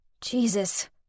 Jesus